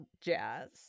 jazz